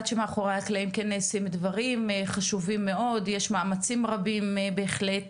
יש מאמצים רבים בהחלט